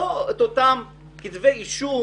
לא את אותם כתבי אישום